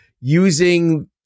using